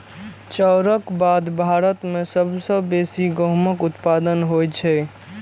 चाउरक बाद भारत मे सबसं बेसी गहूमक उत्पादन होइ छै